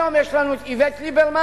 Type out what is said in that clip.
היום יש לנו איווט ליברמן